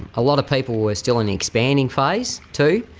a lot of people were still in the expanding phase too,